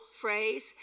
phrase